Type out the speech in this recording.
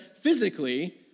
physically